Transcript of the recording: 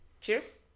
cheers